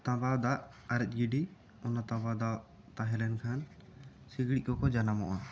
ᱛᱟᱸᱵᱟᱣ ᱫᱟᱜ ᱟᱨᱮᱡ ᱜᱤᱰᱤ ᱚᱱᱟ ᱛᱟᱵᱟᱣ ᱫᱟᱜ ᱛᱟᱦᱮᱸ ᱞᱮᱱ ᱠᱷᱟᱱ ᱥᱤᱠᱲᱤᱡᱽ ᱠᱚᱠᱚ ᱡᱟᱱᱟᱢᱚᱜ ᱟ